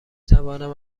توانم